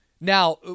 now